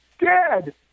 dead